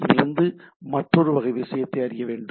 இதிலிருந்து மற்றொரு வகை விஷயத்தை அறிய வேண்டும்